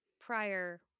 prior